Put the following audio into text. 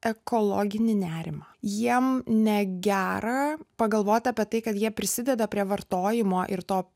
ekologinį nerimą jiem negera pagalvot apie tai kad jie prisideda prie vartojimo ir to